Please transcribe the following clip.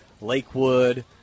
Lakewood